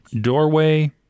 doorway